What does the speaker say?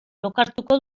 lokartuko